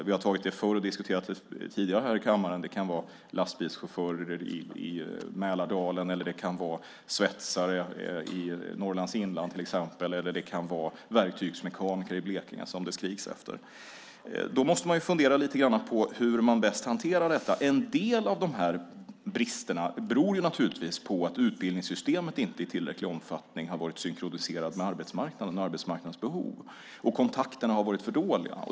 Vi har tagit upp det förr och diskuterat det tidigare här i kammaren. Det kan vara lastbilschaufförer i Mälardalen. Det kan vara svetsare i Norrlands inland, till exempel. Eller det kan vara verktygsmekaniker i Blekinge som det skriks efter. Då måste man fundera lite grann på hur man bäst hanterar detta. En del av de här bristerna beror naturligtvis på att utbildningssystemet inte i tillräcklig omfattning har varit synkroniserat med arbetsmarknaden och arbetsmarknadens behov. Och kontakterna har varit för dåliga.